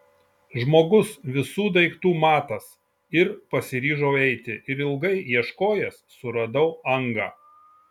žmogus visų daiktų matas ir pasiryžau eiti ir ilgai ieškojęs suradau angą